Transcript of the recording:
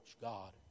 God